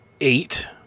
eight